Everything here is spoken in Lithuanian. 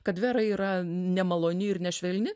kad vera yra nemaloni ir nešvelni